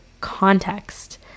context